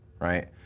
right